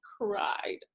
cried